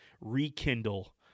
rekindle